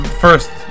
first